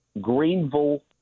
Greenville